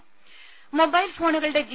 രുമ മൊബൈൽ ഫോണുകളുടെ ജി